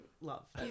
love